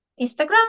Instagram